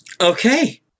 Okay